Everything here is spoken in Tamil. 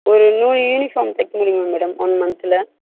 ஒரு நூறு யூனிஃபார்ம் தைக்க முடியுமா மேடம் ஒன் மந்த்ல